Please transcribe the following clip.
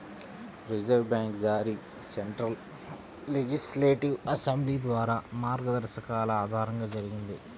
reserve bank జారీ central legislative assembly ద్వారా మార్గదర్శకాల ఆధారంగా జరిగింది